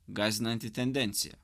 gąsdinanti tendencija